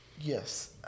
Yes